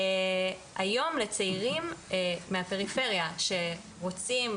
היום לצעירים מהפריפריה שרוצים,